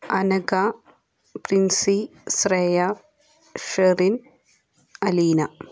Anagha Princy Shreya Sherin Aleena